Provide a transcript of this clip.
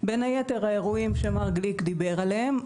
בין היתר האירועים שמר גליק דיבר עליהם,